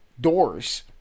doors